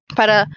para